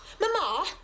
Mama